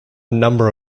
number